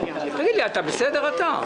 תגיד לי, אתה בסדר, אתה?